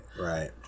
right